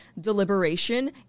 deliberation